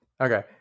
Okay